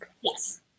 Yes